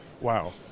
wow